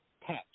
patch